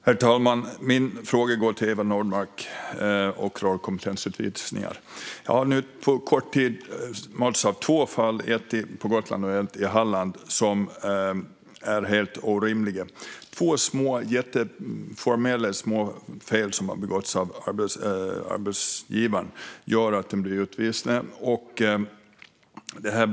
Herr talman! Min fråga rör kompetensutvisningar, och den går till Eva Nordmark. Jag har på kort tid mötts av två fall, ett på Gotland och ett i Halland, som är helt orimliga. Två formella småfel som har begåtts av arbetsgivaren gör att det blir utvisningar.